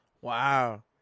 wow